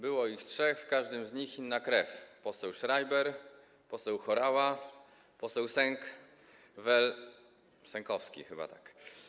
Było ich trzech, w każdym z nich inna krew: poseł Schreiber, poseł Horała, poseł Sęk vel Sękowski... chyba tak.